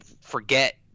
forget